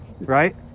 right